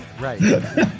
right